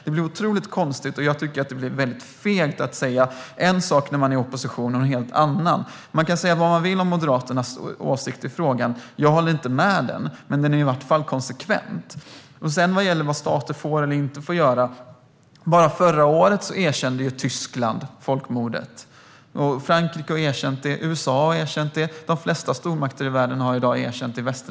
Det blir otroligt konstigt, och jag tycker att det är mycket fegt att säga en sak när man är i opposition och en helt annan när man är i regeringsställning. Man kan säga vad man vill om Moderaternas åsikt i frågan - jag håller inte med om den - men de är åtminstone konsekventa. När det gäller vad stater får och inte får göra kan jag säga följande. Bara förra året erkände Tyskland folkmordet. Frankrike har erkänt det, USA har erkänt det och de flesta västerländska stormakter har i dag erkänt det.